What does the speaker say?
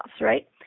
right